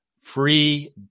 free